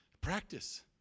Practice